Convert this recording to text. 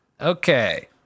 okay